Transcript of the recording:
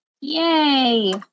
Yay